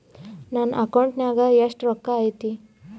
ನನ್ನ ಅಕೌಂಟ್ ನಾಗ ಎಷ್ಟು ರೊಕ್ಕ ಐತಿ?